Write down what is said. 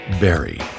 berry